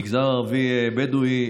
המגזר הערבי-בדואי,